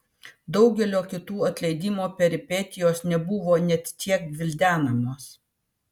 daugelio kitų atleidimo peripetijos nebuvo net tiek gvildenamos